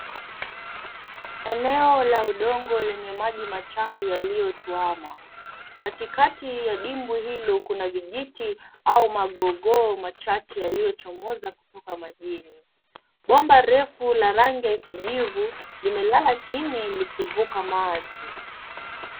Eneo la udongo lenye maji machafu yaliyotuama. Katikati ya dimbwi hilo kuna vijiti au magogoo machache yalichomoza kutoka majini. Bomba refu la rangi ya kijivu limelala chini likivuka maji.